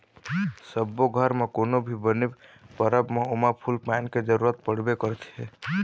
सब्बो घर म कोनो भी बने परब म ओमा फूल पान के जरूरत पड़बे करथे